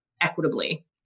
equitably